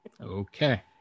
Okay